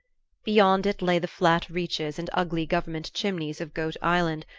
beyond it lay the flat reaches and ugly government chimneys of goat island,